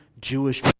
Jewish